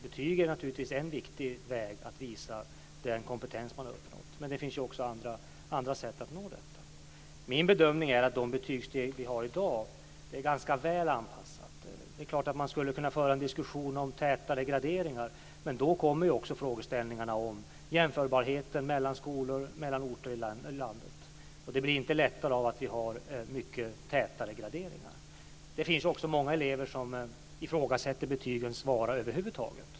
Betygen är naturligtvis ett viktigt sätt att visa vilken kompetens man har uppnått. Men det finns också andra sätt att göra detta. Min bedömning är att de betygssteg vi har i dag är ganska väl anpassade. Det är klart att man skulle kunna föra en diskussion om tätare graderingar, men då uppstår också frågor om jämförbarheten mellan skolor och mellan olika orter i landet. Det blir inte lättare om vi har tätare graderingar. Det finns också många elever som ifrågasätter betygens vara över huvud taget.